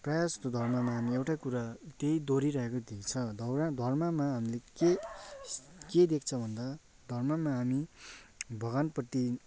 प्रायः जस्तो धर्मामा हामी एउटै कुरा त्यही दोहोरिरहेको देख्छ धर्ममा हामीले के के देख्छ भन्दा धर्ममा हामी भगवान्प्रति